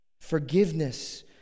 Forgiveness